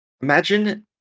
Imagine